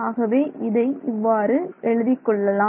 ஆகவே இதை இவ்வாறு எழுதிக் கொள்ளலாம்